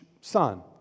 son